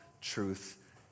truth